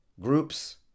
groups